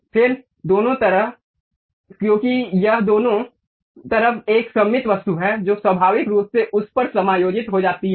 फिर दोनों तरफ क्योंकि यह दोनों तरफ एक सममित वस्तु है जो स्वाभाविक रूप से उस पर समायोजित हो जाती है